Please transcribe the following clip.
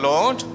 Lord